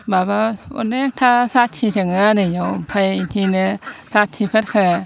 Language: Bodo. माबा अनेकथा जाथि दङ आरो बेयाव ओमफ्राय बिदिनो जाथिफोरखो